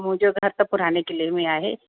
मुंहिंजो घर त पुराणे किले में आहे